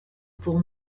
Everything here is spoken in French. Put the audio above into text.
pour